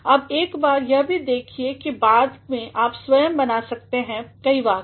अब एक बार यह देखिए और बाद में आप स्वयंबना सकते हैं कई वाक्य